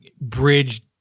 bridge